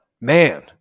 man